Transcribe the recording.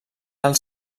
els